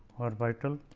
orbital